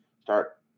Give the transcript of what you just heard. start